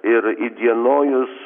ir įdienojus